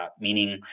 meaning